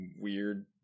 weird